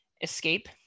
escape